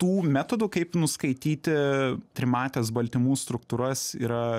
tų metodų kaip nuskaityti trimates baltymų struktūras yra